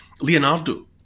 Leonardo